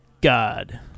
God